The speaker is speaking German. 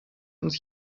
uns